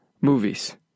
movies